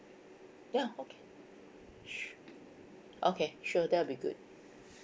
ya okay sure okay sure that'll be good